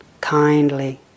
kindly